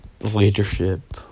leadership